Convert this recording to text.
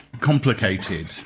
complicated